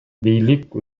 бийлик